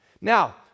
Now